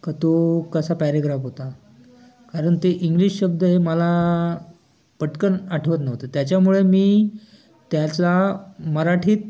का तो कसा पॅरेग्राफ होता कारण ते इंग्लिश शब्द हे मला पटकन आठवत नव्हते त्याच्यामुळे मी त्याचा मराठीत